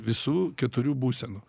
visų keturių būsenų